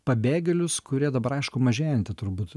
pabėgėlius kurie dabar aišku mažėjanti turbūt